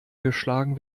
geschlagen